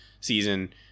season